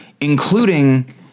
including